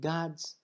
God's